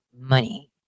money